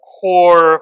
core